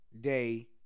day